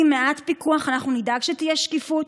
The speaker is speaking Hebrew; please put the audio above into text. עם מעט פיקוח, אנחנו נדאג שתהיה שקיפות,